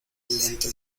lento